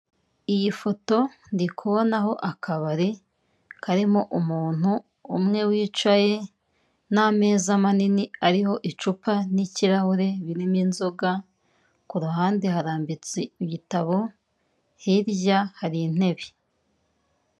Iyi foto, ndi kubonaho akabari karimo umuntu umwe wicaye, n'ameza manini ariho icupa n'ikirahure birimo inzoga, ku ruhande harambitse ibitabo, hirya hari intebe.